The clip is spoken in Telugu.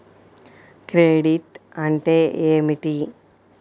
క్రెడిట్ అంటే ఏమిటి?